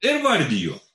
ir vardiju